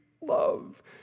love